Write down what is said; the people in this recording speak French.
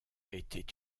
était